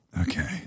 Okay